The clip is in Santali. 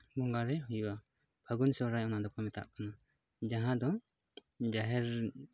ᱵᱚᱸᱜᱟᱨᱮ ᱦᱩᱭᱩᱜᱼᱟ ᱯᱷᱟᱹᱜᱩᱱ ᱥᱚᱦᱨᱟᱭ ᱚᱱᱟ ᱫᱚᱠᱚ ᱢᱮᱛᱟᱜ ᱠᱟᱱᱟ ᱡᱟᱦᱟᱸ ᱫᱚ ᱡᱟᱦᱮᱨ